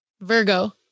Virgo